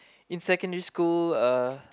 in secondary school uh